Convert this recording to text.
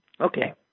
Okay